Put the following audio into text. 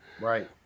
Right